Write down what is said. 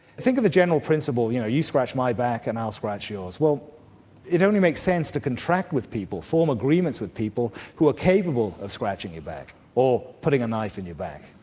think of the general principle, you know you scratch my back and i'll scratch yours. well it only makes sense to contract with people, form agreements with people who are capable of scratching your book, or putting a knife in your back.